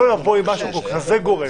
לא לבוא עם משהו כזה גורף.